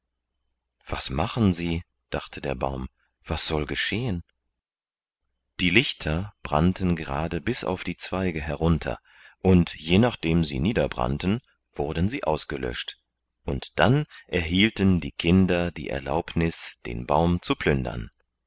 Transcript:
was machen sie dachte der baum was soll geschehen die lichter brannten gerade bis auf die zweige herunter und je nachdem sie niederbrannten wurden sie ausgelöscht und dann erhielten die kinder die erlaubnis den baum zu plündern